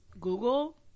Google